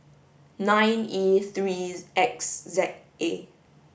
nine E three X Z A